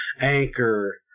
Anchor